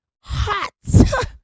hot